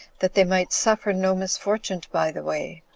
that they might suffer no misfortunes by the way,